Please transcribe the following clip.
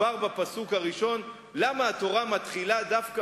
כבר בפסוק הראשון: למה התורה מתחילה דווקא